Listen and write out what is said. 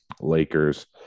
Lakers